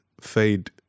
fade